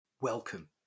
Welcome